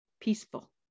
peaceful